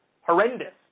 Horrendous